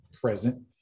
present